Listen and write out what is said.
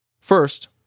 First